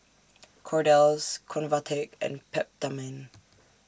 Kordel's Convatec and Peptamen